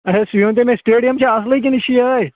اچھا سُہ ؤنۍ تَو مےٚ سِٹیڈیَم چھِ اَصلٕے کِنہٕ یہِ چھِ یِہے